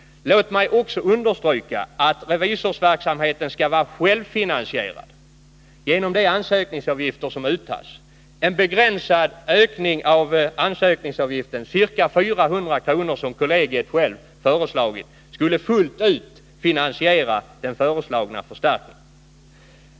Låt mig också understryka att revisorsverksamheten skall vara självfinansierad genom de ansökningsavgifter som uttas. En begränsad höjning av ansökningsavgiften — ca 400 kr., som kollegiet självt har föreslagit — skulle fullt ut finansiera den föreslagna förstärkningen.